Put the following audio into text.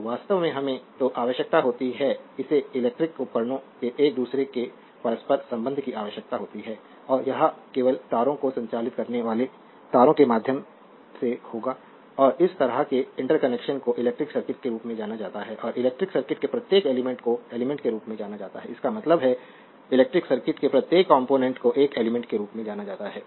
तो वास्तव में हमें जो आवश्यकता होती है हमें इलेक्ट्रिक उपकरणों के एक दूसरे के परस्पर संबंध की आवश्यकता होती है और यह केवल तारों को संचालित करने वाले तारों के माध्यम से होगा और इस तरह के इंटरकनेक्शन को इलेक्ट्रिक सर्किट के रूप में जाना जाता है और इलेक्ट्रिक सर्किट के प्रत्येक एलिमेंट को एलिमेंट के रूप में जाना जाता है इसका मतलब है इलेक्ट्रिक सर्किट के प्रत्येक कॉम्पोनेन्ट को एक एलिमेंट के रूप में जाना जाता है